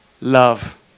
love